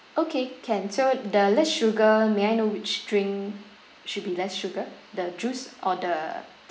okay can so the less sugar may I know which drink should be less sugar the juice or the